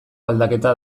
aldaketa